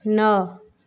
ନଅ